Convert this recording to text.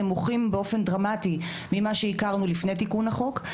נמוכים באופן דרמטי ממה שהכרנו לפני תיקון החוק.